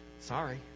Sorry